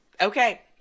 okay